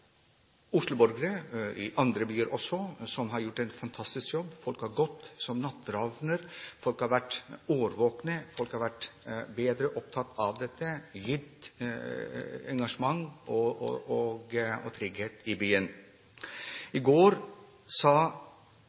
i Oslo – og også i andre byer – som har gjort en fantastisk jobb. Folk har gått natteravn, folk har vært årvåkne, folk har vært mer opptatt av dette og gitt byen engasjement og trygghet. I